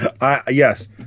Yes